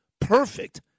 perfect